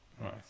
Right